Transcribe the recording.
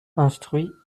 instruit